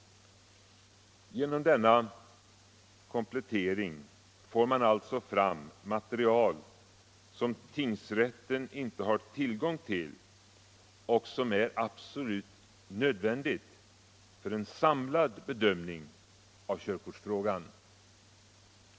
Genom denna komplettering får man alltså fram material som tingsrätten inte har tillgång till och som är absolut nödvändigt för en samlad bedömning av körkortsfrågan.